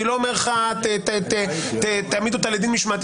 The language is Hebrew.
אני לא אומר לך שתעמיד אותה לדין משמעתי